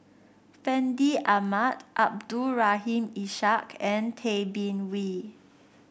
Fandi Ahmad Abdul Rahim Ishak and Tay Bin Wee